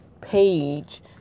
page